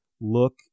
look